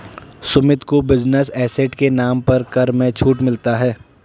सुमित को business asset के नाम पर कर में छूट मिलता है